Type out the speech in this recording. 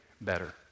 better